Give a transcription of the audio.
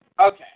Okay